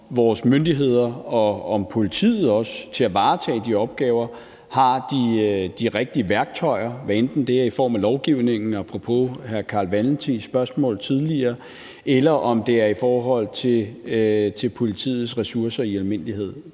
vores myndigheder og også politiet har de rigtige værktøjer til at varetage de opgaver, hvad enten det er i form af lovgivning – apropos hr. Carl Valentins spørgsmål tidligere – eller om det er i forhold til politiets ressourcer i almindelighed.